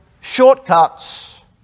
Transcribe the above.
shortcuts